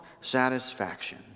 satisfaction